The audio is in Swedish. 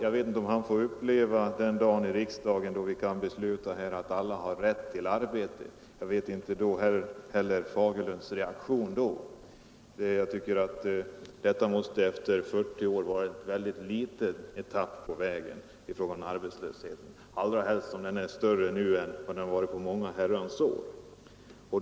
Jag vet inte om herr Fagerlund får uppleva den dagen då vi här i riksdagen beslutar om att alla skall ha rätt till arbete, men jag undrar hur herr Fagerlund då skulle reagera. Men efter 40 år tycker jag ändå att detta måste vara en mycket liten etapp på vägen att bekämpa arbetslösheten, en arbetslöshet som är större nu än den har varit på många herrans år.